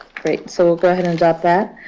great. so we'll go ahead and adopt that.